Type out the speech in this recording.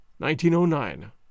1909